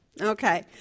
Okay